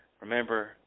Remember